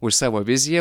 už savo viziją